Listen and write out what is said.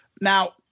Now